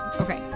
okay